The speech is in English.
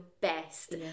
best